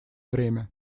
время